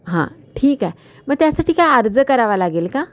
हां ठीक आहे मग त्यासाठी काय अर्ज करावा लागेल का